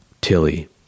Tilly